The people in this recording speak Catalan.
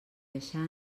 deixar